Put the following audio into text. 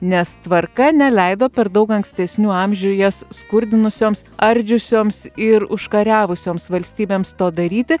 nes tvarka neleido per daug ankstesnių amžių jas skurdinusioms ardžiusioms ir užkariavusiems valstybėms to daryti